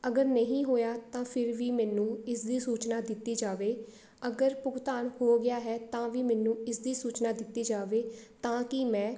ਅਗਰ ਨਹੀਂ ਹੋਇਆ ਤਾਂ ਫਿਰ ਵੀ ਮੈਨੂੰ ਇਸ ਦੀ ਸੂਚਨਾ ਦਿੱਤੀ ਜਾਵੇ ਅਗਰ ਭੁਗਤਾਨ ਹੋ ਗਿਆ ਹੈ ਤਾਂ ਵੀ ਮੈਨੂੰ ਇਸ ਦੀ ਸੂਚਨਾ ਦਿੱਤੀ ਜਾਵੇ ਤਾਂ ਕਿ ਮੈਂ